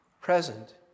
present